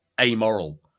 amoral